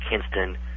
Kinston